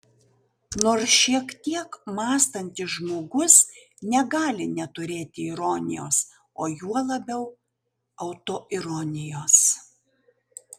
nors šiek tiek mąstantis žmogus negali neturėti ironijos o juo labiau autoironijos